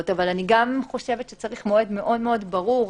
אבל צריך מועד ברור.